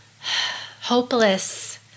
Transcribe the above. hopeless